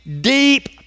deep